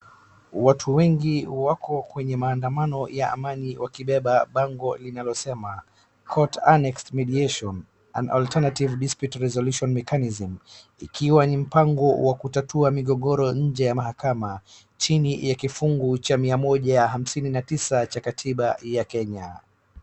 Watu wengi wako kwenye maandamano ya amani wakibeba bango linalosema Court annexed mediation an alternative dispute resolution mechanism . Ikiwa ni mpango wa kutatua migogoro nje ya mahakama chini ya kifungu cha miamoja hamsini na tisa cha katiba ya Kenya.